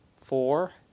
four